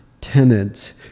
tenants